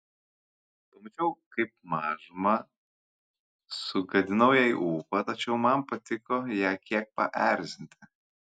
pamačiau kaip mažumą sugadinau jai ūpą tačiau man patiko ją kiek paerzinti